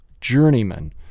journeyman